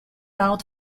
out